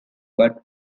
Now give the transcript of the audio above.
but